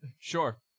Sure